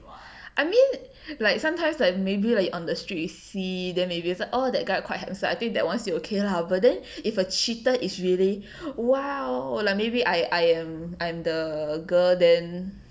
I mean like sometimes like maybe like on the street see them maybe oh that guy quite handsome so I think that [one] still okay lah but then if a cheater is really !wow! like maybe I I am I am the girl than